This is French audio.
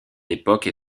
époque